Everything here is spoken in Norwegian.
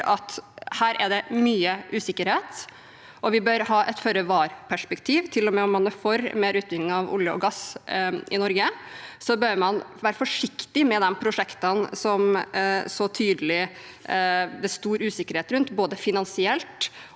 at det er mye usikkerhet her, og vi bør ha et føre-var-perspektiv. Til og med om man er for mer utvinning av olje og gass i Norge, bør man være forsiktig med de prosjektene som det så tydelig er stor usikkerhet rundt, både finansielt og